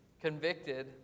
convicted